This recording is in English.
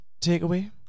takeaway